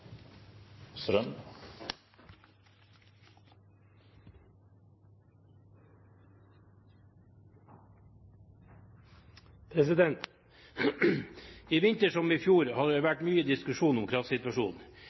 vedtatt. I vinter, som i fjor, har det vært mye diskusjon om kraftsituasjonen.